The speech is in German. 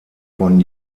von